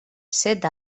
set